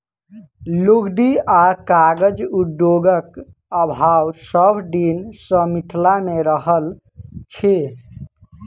लुगदी आ कागज उद्योगक अभाव सभ दिन सॅ मिथिला मे रहल अछि